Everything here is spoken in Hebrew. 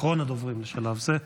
אחרון הדוברים בשלב זה,